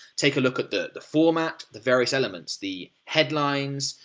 take a look at the the format, the various elements, the headlines,